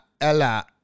Ella